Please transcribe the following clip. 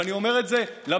ואני אומר את זה למשטרה,